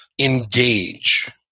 engage